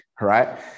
Right